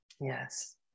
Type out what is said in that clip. yes